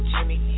Jimmy